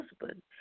husband